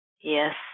Yes